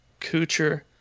Kucher